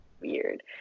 weird